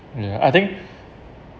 ya I think